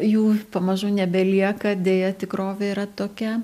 jų pamažu nebelieka deja tikrovė yra tokia